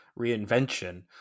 reinvention